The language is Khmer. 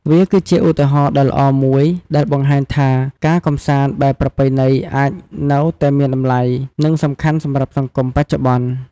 វាគឺជាឧទាហរណ៍ដ៏ល្អមួយដែលបង្ហាញថា ការកម្សាន្តបែបប្រពៃណីអាចនៅតែមានតម្លៃ និងសំខាន់សម្រាប់សង្គមបច្ចុប្បន្ន។